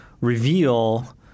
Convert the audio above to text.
reveal